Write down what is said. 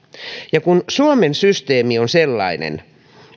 kun suomen systeemi on sellainen